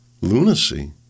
lunacy